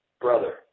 brother